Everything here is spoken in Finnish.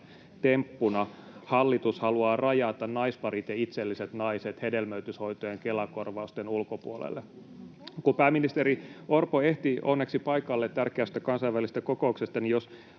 temppuna hallitus haluaa rajata naisparit ja itselliset naiset hedelmöityshoitojen Kela-korvausten ulkopuolelle. Kun pääministeri Orpo ehti onneksi paikalle tärkeästä kansainvälisestä kokouksesta, niin jos